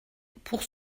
pour